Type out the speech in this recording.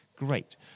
great